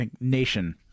Nation